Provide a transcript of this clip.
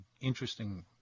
interesting